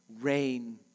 rain